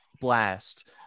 blast